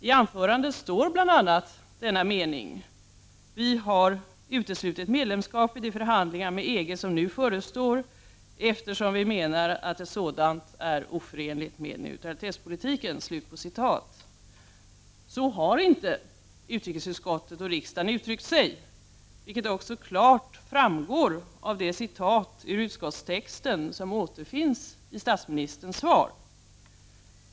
I anförandet står bl.a. denna mening: ”Vi har uteslutit medlemskap i de förhandlingar med EG som nu förestår, eftersom vi menar att ett sådant är oförenligt med neutralitetspolitiken.” Så har inte utrikesutskottet och riksdagen uttryckt sig, vilket också klart framgår av de citat ur utskottstexten som återfinns i statsministerns svar.